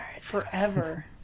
Forever